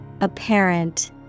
Apparent